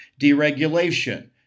Deregulation